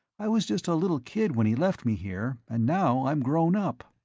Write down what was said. i was just a little kid when he left me here, and now i'm grown-up.